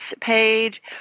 page